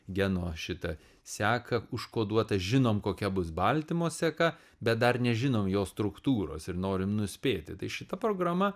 geno šitą seką užkoduotą žinom kokia bus baltymo seka bet dar nežinom jos struktūros ir norim nuspėti tai šita programa